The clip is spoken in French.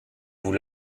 vous